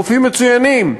רופאים מצוינים,